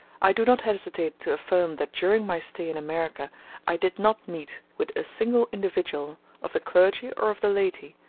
i do not hesitate to affirm that during my stay in america i did not meet with a single individual, of the clergy or of the laity,